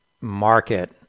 market